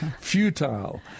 futile